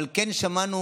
אבל כן שמענו,